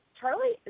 Charlie